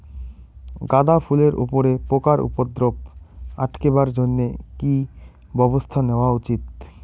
গাঁদা ফুলের উপরে পোকার উপদ্রব আটকেবার জইন্যে কি ব্যবস্থা নেওয়া উচিৎ?